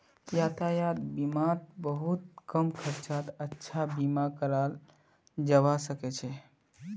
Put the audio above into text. यातायात बीमात बहुत कम खर्चत अच्छा बीमा कराल जबा सके छै